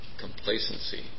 complacency